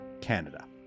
Canada